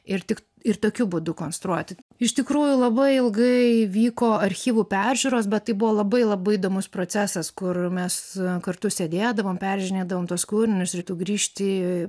ir tik ir tokiu būdu konstruoti iš tikrųjų labai ilgai vyko archyvų peržiūros bet tai buvo labai labai įdomus procesas kur mes kartu sėdėdavom peržiūrėdavom tuos kūrinius ir tu grįžti